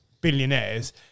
billionaires